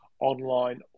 online